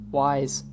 wise